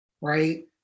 right